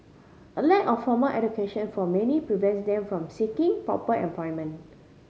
a lack of formal education for many prevents them from seeking proper employment